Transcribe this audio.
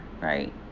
right